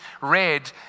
read